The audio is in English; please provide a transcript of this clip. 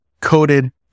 coated